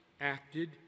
acted